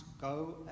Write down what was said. go